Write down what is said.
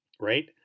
right